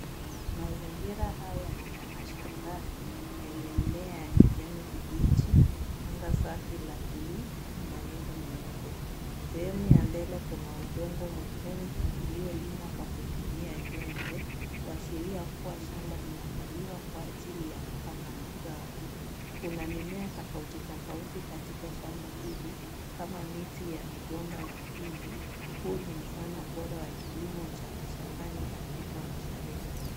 Mazingira haya ni ya mashambani yenye mimea ya kijani kibichi, anga safi la bluu na mawingu meupe. Sehemu ya mbele kuna udongo mwekundu iliolimwa kwa kutumia jembe kuashiria kuwa, shamba linaandaliwa kwa ajili ya kupanda mazao. Kuna mimea tofauti tofauti katika shamba hili kama miti ya mgomba wa ndizi. Huu ni mfano bora wa kilimo cha mashambani Afrika mashariki.